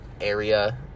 area